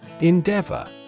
Endeavor